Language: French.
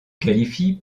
qualifie